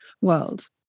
world